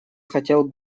хотел